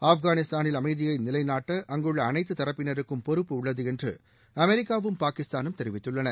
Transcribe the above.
ஆப்கானிஸ்தானில் அமைதியை நிலைநாட்ட அங்குள்ள அனைத்து தரப்பினக்கும் பொறுட்டு உள்ளது என்று அமெரிக்காவும் பாகிஸ்தானும் தெரிவித்துள்ளன